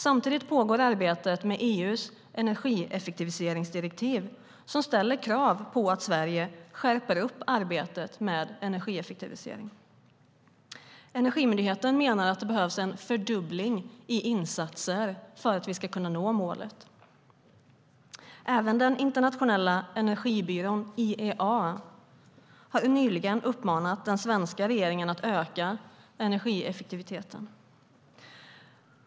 Samtidigt pågår arbetet med EU:s energieffektiviseringsdirektiv som ställer krav på att Sverige skärper upp arbetet med energieffektivisering. Energimyndigheten menar att det behövs en fördubbling av insatser för att nå målet. Även den internationella energibyrån IEA har nyligen uppmanat den svenska regeringen att öka energieffektiviteten.